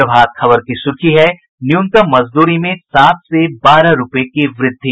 प्रभात खबर की सुर्खी है न्यूनतम मजदूरी में सात से बारह रूपये की वृद्धि